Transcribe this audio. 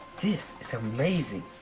this is amazing.